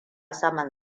saman